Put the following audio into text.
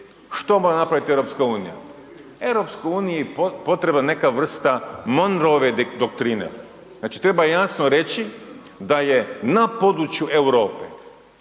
što mora napraviti EU? EU potrebna je neka vrsta Monroeve doktrine, znači treba jasno reći da je na području Europe